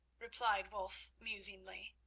replied wulf musingly.